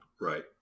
Right